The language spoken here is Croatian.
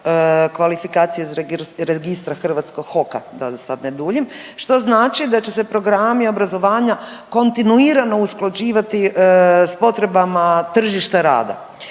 kvalifikacije iz registra hrvatskog HOK-a, da sada ne duljim, što znači da će se programi obrazovanja kontinuirano usklađivati s potrebama tržišta rada